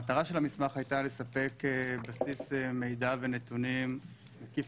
המטרה של המסמך הייתה לספק בסיס מידע ונתונים מקיף